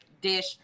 dish